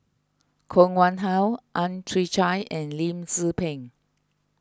Koh Nguang How Ang Chwee Chai and Lim Tze Peng